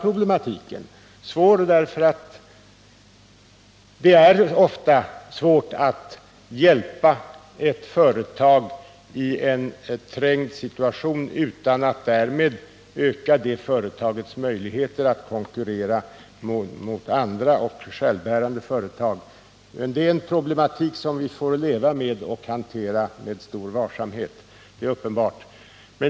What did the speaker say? Problematiken är besvärlig, därför att det ofta är svårt att hjälpa ett företag i en trängd situation utan att därmed öka det företagets möjligheter att konkurrera med andra, självbärande företag. Det är en problematik som vi får leva med och hantera med stor varsamhet.